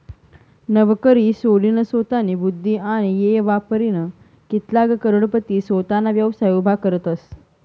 नवकरी सोडीनसोतानी बुध्दी आणि येय वापरीन कित्लाग करोडपती सोताना व्यवसाय उभा करतसं